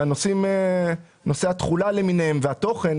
נושאי התחולה והתוכן,